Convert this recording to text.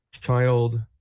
child